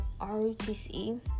ROTC